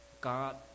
God